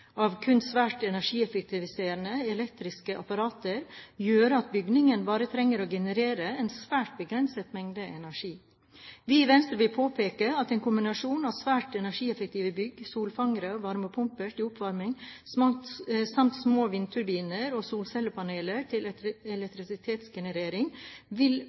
av kun svært energieffektive elektriske apparater gjøre at bygningen bare trenger å generere en svært begrenset mengde energi. Vi i Venstre vil påpeke at med en kombinasjon av svært energieffektive bygg, solfangere og varmepumper til oppvarming, samt små vindturbiner og solcellepaneler til elektrisitetsgenerering, vil